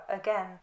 again